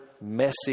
messy